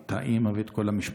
את האימא ואת כל המשפחה.